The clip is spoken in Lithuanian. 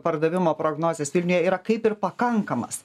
pardavimo prognozes vilniuje yra kaip ir pakankamas